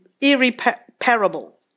irreparable